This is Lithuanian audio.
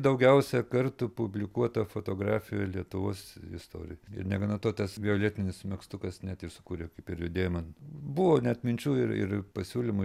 daugiausia kartų publikuota fotografija lietuvos istorijoj ir negana to tas violetinis megztukas net ir sukūrė kaip ir judėjimą buvo net minčių ir ir pasiūlymų